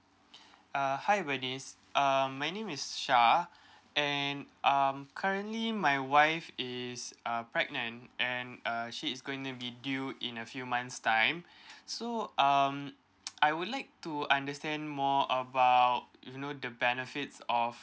uh hi bernice um my name is syah and um currently my wife is uh pregnant and uh she is going to be due in a few months time so um I would like to understand more about you know the benefits of